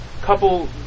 couple